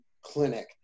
clinic